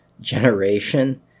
generation